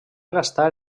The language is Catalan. gastar